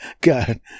God